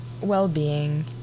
well-being